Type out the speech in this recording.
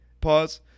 Pause